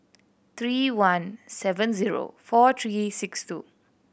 three one seven zero four three six two